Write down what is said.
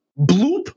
bloop